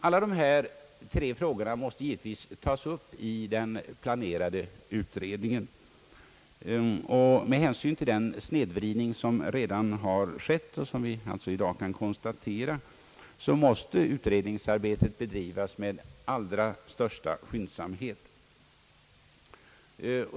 Alla dessa tre frågor måste givetvis tas upp i den planerade utredningen. Med hänsyn till den snedvridning, som redan har skett och som vi i dag kan konstatera, måste utredningsarbetet bedrivas med allra största skyndsamhet.